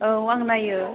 औ आं नायो